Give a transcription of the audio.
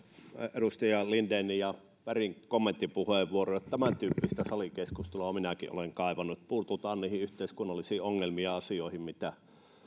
edustaja lindenin ja bergin kommenttipuheenvuoroihin tämäntyyppistä salikeskustelua minäkin olen kaivannut että puututaan niihin yhteiskunnallisiin ongelmiin ja asioihin mitä